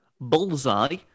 Bullseye